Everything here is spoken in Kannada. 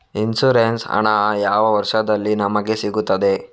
ಇನ್ಸೂರೆನ್ಸ್ ಹಣ ಯಾವ ವರ್ಷದಲ್ಲಿ ನಮಗೆ ಸಿಗುತ್ತದೆ?